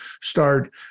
start